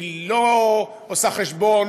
היא לא עושה חשבון,